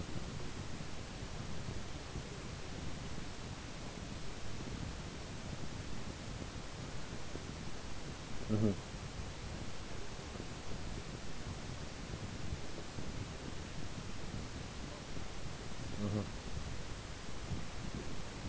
mmhmm mmhmm